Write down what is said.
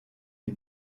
est